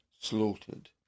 slaughtered